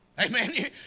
Amen